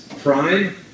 prime